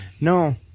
No